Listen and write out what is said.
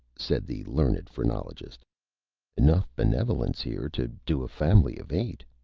said the learned phrenologist enough benevolence here to do a family of eight.